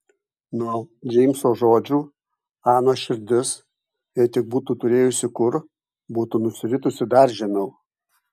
nuo džeimso žodžių anos širdis jei tik būtų turėjusi kur būtų nusiritusi dar žemiau